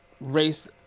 race